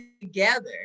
together